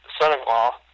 son-in-law